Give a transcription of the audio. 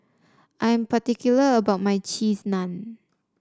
I am particular about my Cheese Naan